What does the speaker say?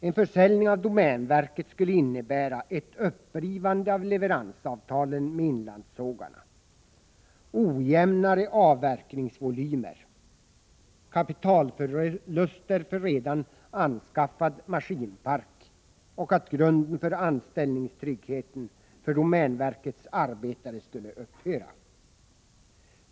En försäljning av domänverket skulle innebära ett upprivande av leveransavtalen med inlandssågarna, ojämnare avverkningsvolymer, kapitalförluster för redan anskaffad maskinpark och att grunden för anställningstryggheten för domänverkets arbetare skulle upphöra.